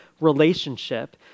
relationship